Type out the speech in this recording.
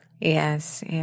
Yes